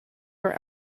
your